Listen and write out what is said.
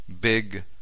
Big